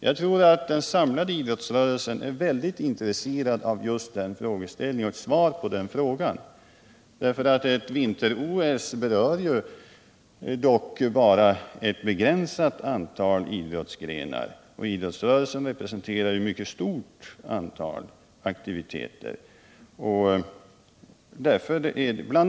Jag tror att den samlade idrottsrörelsen är väldigt intresserad av att få ett svar på den frågan. Ett Vinter-OS berör ju bara ett begränsat antal idrottsgrenar, och idrottsrörelsen representerar ett mycket stort antal aktiviteter. Bl.